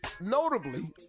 notably